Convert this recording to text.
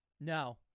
No